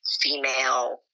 female